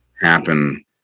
happen